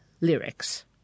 lyrics